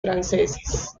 franceses